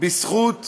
בבקשה, אדוני.